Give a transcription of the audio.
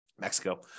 Mexico